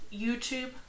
YouTube